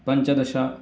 पञ्चदश